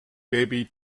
baby